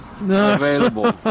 available